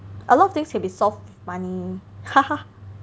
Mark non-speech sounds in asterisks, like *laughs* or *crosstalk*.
a lot of things can be solved with money *laughs*